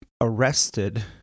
arrested